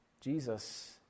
Jesus